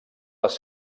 les